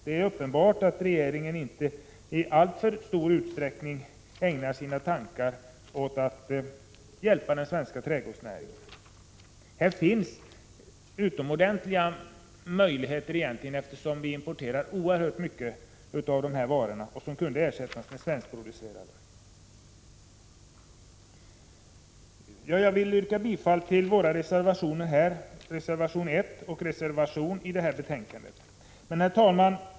Det är uppenbart att regeringen inte alltför mycket tänker på att hjälpa den svenska trädgårdsnäringen. Egentligen finns det utomordentliga möjligheter att öka produktionen av trädgårdsprodukter, eftersom vi importerar oerhört mycket varor av det här slaget, varor som skulle kunna ersättas med svenskproducerade produkter. Jag yrkar bifall till våra reservationer i detta betänkande. Herr talman!